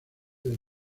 del